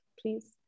please